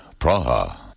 Praha